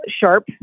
sharp